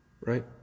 Right